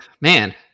Man